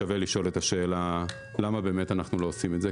שווה לשאול את השאלה למה באמת אנחנו לא עושים את זה.